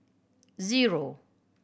zero